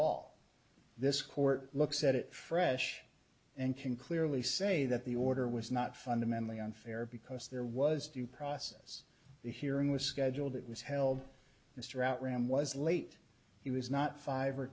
ll this court looks at it fresh and can clearly say that the order was not fundamentally unfair because there was due process the hearing was scheduled it was held mr outram was late he was not five or